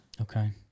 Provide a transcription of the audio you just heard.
Okay